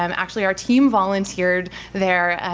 um actually, our team volunteered there,